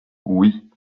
oui